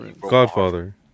Godfather